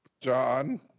John